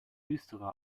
düstere